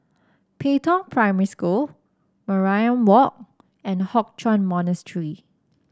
Pei Tong Primary School Mariam Walk and Hock Chuan Monastery